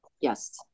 Yes